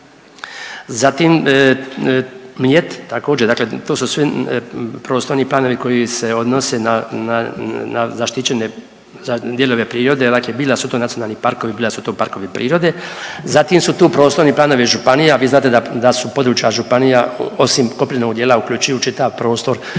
Zatim Mljet, također, dakle to su sve prostorni planovi koji se odnose na zaštićene dijelove prirode, dakle bilo da su to nacionalni parkovi, bilo da su to parkovi prirode. Zatim su tu prostorni planovi županija. Vi znate da su područja županija osim kopnenog dijela uključuju čitav prostor